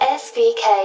svk